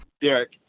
Derek